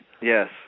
Yes